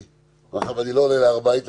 אבל אני לא עולה להר הבית,